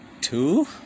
two